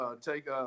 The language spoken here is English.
take